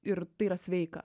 ir yra sveika